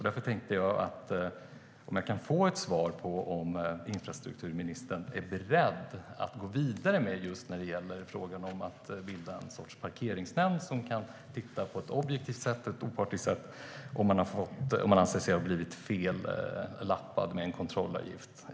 Därför tänkte jag att man kunde få ett svar på om infrastrukturministern är beredd att gå vidare med inrättandet av en parkeringsnämnd som objektivt och opartiskt kan sätt kan ta ställning om man anser sig ha blivit felaktigt lappad med en kontrollavgift.